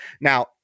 Now